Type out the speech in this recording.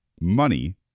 money